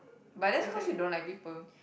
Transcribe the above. but that's cause you don't like people